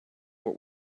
what